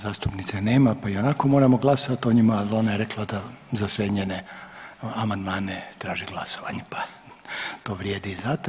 Zastupnice nema pa ionako moramo glasovati o njima, ali ona je rekla da za sve njene amandmane traži glasovanje pa to vrijedi i za taj.